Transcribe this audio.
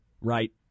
Right